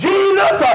Jesus